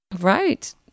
Right